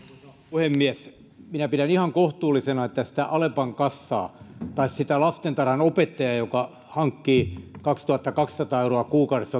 puhemies minä pidän ihan kohtuullisena että sitä alepan kassaa tai sitä lastentarhanopettajaa joka hankkii kaksituhattakaksisataa euroa kuukaudessa